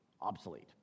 obsolete